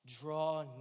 draw